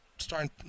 Starting